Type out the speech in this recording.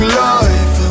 life